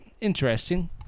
interesting